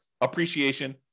appreciation